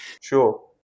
sure